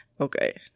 Okay